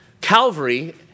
Calvary